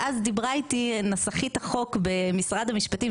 ואז דיברה איתי נסחית החוק במשרד המשפטים,